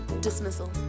Dismissal